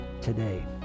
today